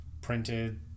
printed